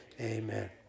amen